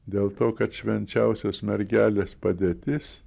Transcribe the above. dėl to kad švenčiausios mergelės padėtis